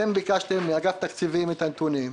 אתם ביקשתם מאגף התקציבים את הנתונים.